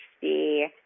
see